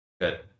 good